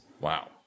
Wow